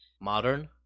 Modern